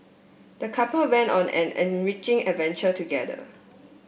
the couple went on an enriching adventure together